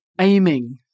aiming